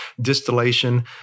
distillation